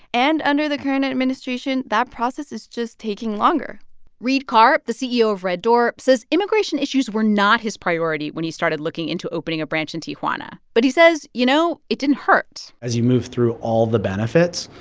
and under the current administration, that process is just taking longer reid carr, the ceo of red door, says immigration issues were not his priority when he started looking into opening a branch in tijuana. but he says, you know, it didn't hurt as you move through all the benefits,